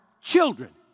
children